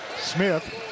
Smith